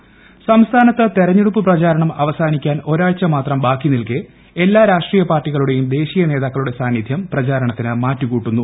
പ്രചാരണം ഇൻട്രോ സംസ്ഥാനത്ത് തെരഞ്ഞെടുപ്പ് പ്രചാരണം അവസാനിക്കാൻ ഒരാഴ്ച മാത്രം ബാക്കി ് നിൽക്കെ എല്ലാ രാഷ്ട്രീയ പാർടികളുടെയും ദേശീയ നേതാക്കളുടെ സാന്നിദ്ധ്യാം പ്രചാരണത്തിന് മാറ്റു കൂട്ടുന്നു